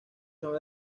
son